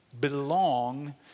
Belong